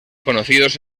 conocidos